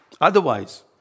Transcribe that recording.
Otherwise